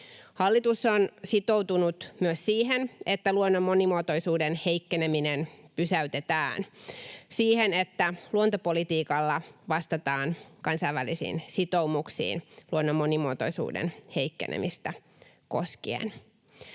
Hallitus on sitoutunut myös siihen, että luonnon monimuotoisuuden heikkeneminen pysäytetään — siihen, että luontopolitiikalla vastataan kansainvälisiin sitoumuksiin luonnon monimuotoisuuden heikkenemistä koskien.